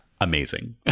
Amazing